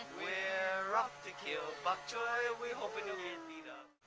we're off to kill bokchoy. we hope and we i mean